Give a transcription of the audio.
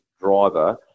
driver